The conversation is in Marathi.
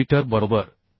मिलिमीटर बरोबर